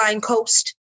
coast